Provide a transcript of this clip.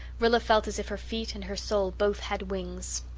rilla felt as if her feet and her soul both had wings.